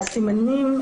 והסימנים,